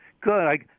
Good